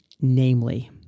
Namely